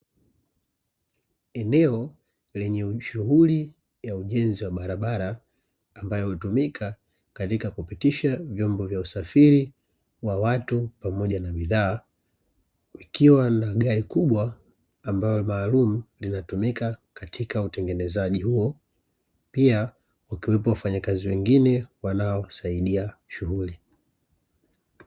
Eneo lenye shughuli ya ujenzi wa barabara ambayo hutumika katika kupitisha vyombo vya usafiri wa watu pamoja na bidhaa, ikiwa na gari kubwa ambalo maalum linatumika katika utengenezaji huo. Pia, wakiwepo wafanyakazi wengine wanaosaidia shughuli.